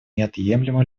неотъемлемым